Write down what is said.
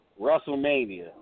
WrestleMania